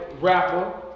rapper